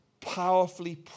powerfully